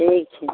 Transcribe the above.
ठीक छै